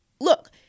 Look